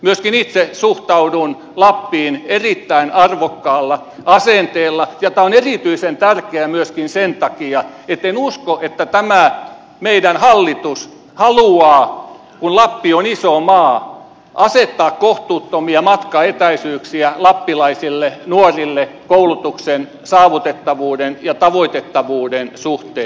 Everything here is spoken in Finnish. myöskin itse suhtaudun lappiin erittäin arvokkaalla asenteella ja tämä on erityisen tärkeää myöskin sen takia etten usko että tämä meidän hallitus haluaa kun lappi on iso alue asettaa kohtuuttomia matkaetäisyyksiä lappilaisille nuorille koulutuksen saavutettavuuden ja tavoitettavuuden suhteen